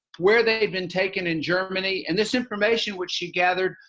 were they had been taken in germany and this information where she gathered,